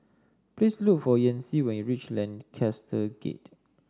please look for Yancy when you reach Lancaster Gate